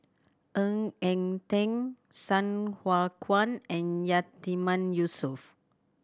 Ng Eng Teng Sai Hua Kuan and Yatiman Yusof